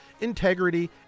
integrity